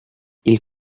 ils